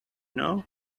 know